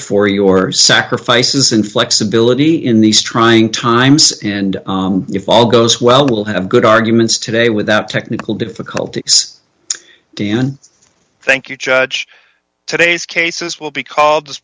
for your sacrifices in flexibility in these trying times and if all goes well we'll have good arguments today without technical difficulties dn thank you judge today's cases will be called